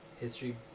history